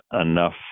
enough